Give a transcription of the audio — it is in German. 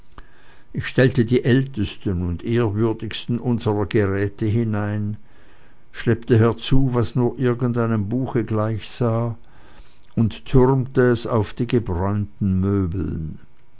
ich stellte die ältesten und ehrwürdigsten unserer geräte hinein schleppte herzu was nur irgend einem buche gleichsah und türmte es auf die gebräunten möbeln